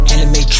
Anime